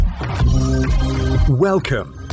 Welcome